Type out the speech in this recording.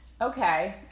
Okay